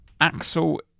Axel